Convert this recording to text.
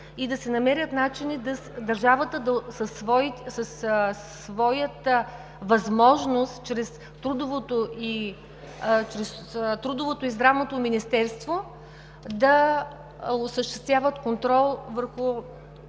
и да се намерят начини държавата, със своята възможност, чрез трудовото и здравното министерства да осъществява контрол върху